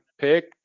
pick